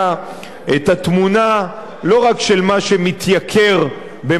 את התמונה לא רק של מה שמתייקר במהלך השנים,